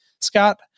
Scott